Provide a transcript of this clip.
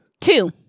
Two